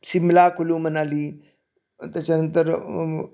शिमला कुलूमनाली त्याच्यानंतर